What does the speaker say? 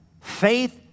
Faith